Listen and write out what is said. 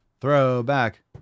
Throwback